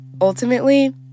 Ultimately